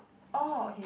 orh okay